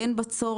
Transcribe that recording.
"אין בה צורך",